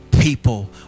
people